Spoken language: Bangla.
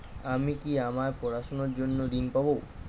আমি কি আমার পড়াশোনার জন্য ঋণ পাব?